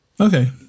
Okay